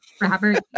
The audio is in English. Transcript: Robert